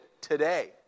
today